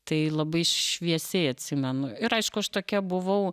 tai labai šviesiai atsimenu ir aišku aš tokia buvau